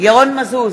ירון מזוז,